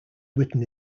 written